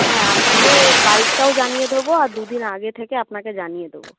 হ্যাঁ আপনাকে তারিখটাও জানিয়ে দেবো আর দুদিন আগে থেকে আপনাকে জানিয়ে দেবো